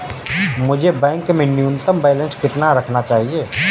मुझे बैंक में न्यूनतम बैलेंस कितना रखना चाहिए?